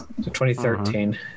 2013